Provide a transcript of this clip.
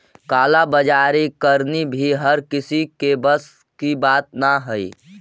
काला बाजारी करनी भी हर किसी के बस की बात न हई